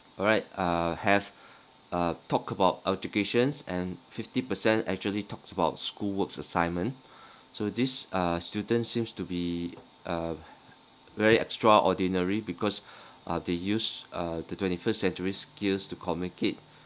alright uh have uh talk about educations and fifty percent actually talks about school works assignment so this uh students seems to be uh very extraordinary because uh they use uh the twenty first century skills to communicate